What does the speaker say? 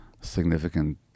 significant